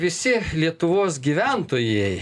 visi lietuvos gyventojai